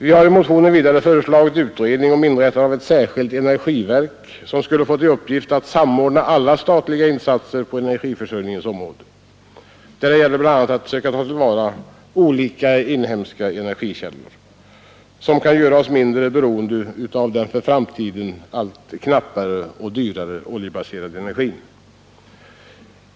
Vi har i motionen vidare föreslagit utredning om inrättande av ett särskilt energiverk som skulle få till uppgift att samordna alla statliga insatser på energiförsörjningens område. Det gäller bl.a. att söka ta till vara olika inhemska energikällor, som kan göra oss mindre beroende av den för framtiden allt knappare och dyrare oljebaserade energin.